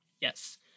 yes